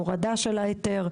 הורדה של ההיתר,